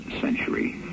century